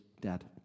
dead